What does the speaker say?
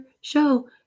show